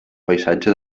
paisatge